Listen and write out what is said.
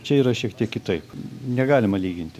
čia yra šiek tiek kitaip negalima lyginti